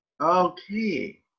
okay